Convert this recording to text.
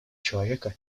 человека